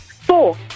Four